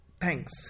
thanks